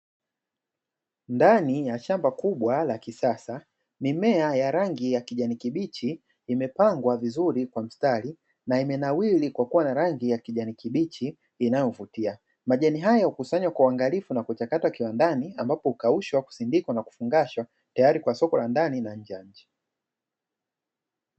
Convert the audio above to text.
Ndani ya shamba kubwa la kisasa mimea ya rangi ya kijani kibichi imepangwa vizuri kwa mstari na imenawili kwa kuwa na rangi ya kijani kibichi inayovutia. Majani hayo hukusanywa kwa uangalifu na kuchakatwa kiwandani ambapo hukaushwa, husindikwa na hufungashwa tayari kwa soko la ndani na nje ya nchi.